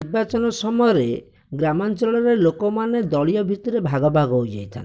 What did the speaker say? ନିର୍ବାଚନ ସମୟରେ ଗ୍ରାମାଞ୍ଚଳରେ ଲୋକମାନେ ଦଳୀୟ ଭିତରେ ଭାଗ ଭାଗ ହୋଇଯାଇଥାନ୍ତି